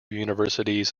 universities